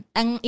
ang